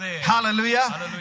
Hallelujah